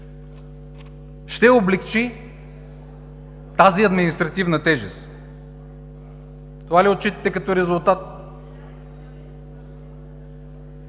ще облекчи тази административна тежест? Това ли отчитате като резултат?